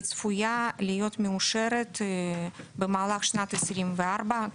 היא צפויה להיות מאושרת במהלך שנת 2024,